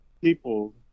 people